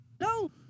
No